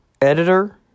editor